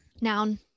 Noun